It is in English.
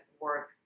work